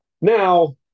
Now